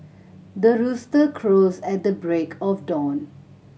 the rooster crows at the break of dawn